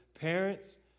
Parents